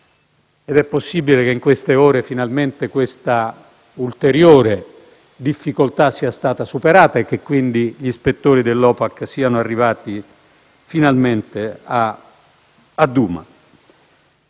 ed è possibile che in queste ore finalmente questa ulteriore difficoltà sia stata superata e che quindi gli ispettori dell'OPAC siano arrivati a Douma.